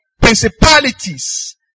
Principalities